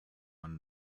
one